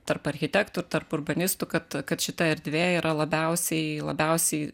tarp architektų ir tarp urbanistų kad kad šita erdvė yra labiausiai labiausiai